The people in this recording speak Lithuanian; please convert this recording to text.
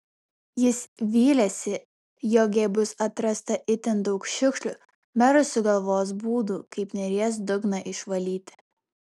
jis vylėsi jog jei bus atrasta itin daug šiukšlių meras sugalvos būdų kaip neries dugną išvalyti